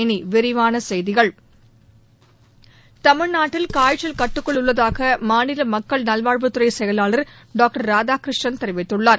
இனி விரிவான செய்திகள் தமிழ்நாட்டில் காய்ச்சல் கட்டுக்குள் உள்ளதாக மாநில மக்கள் நல்வாழ்வுத்துறை செயலாளர் டாக்டர் ராதாகிருஷ்ணன் தெரிவித்துள்ளார்